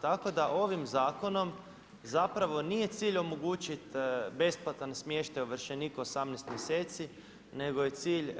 Tako da ovim zakonom zapravo nije cilj omogućiti besplatan smještaj ovršeniku 18 mjeseci nego je cilj